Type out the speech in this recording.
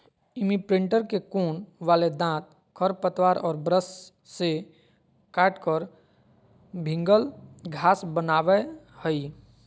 imprinter के कोण वाले दांत खरपतवार और ब्रश से काटकर भिन्गल घास बनावैय हइ